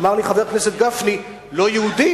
אמר לי חבר הכנסת גפני: לא יהודים?